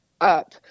up